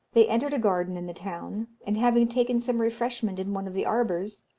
they entered a garden in the town and having taken some refreshment in one of the arbours,